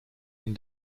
ihn